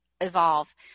evolve